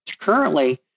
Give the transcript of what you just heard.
currently